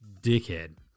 Dickhead